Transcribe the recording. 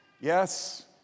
Yes